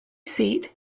seat